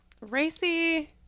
Racy